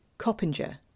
Coppinger